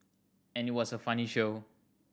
and it was a funny show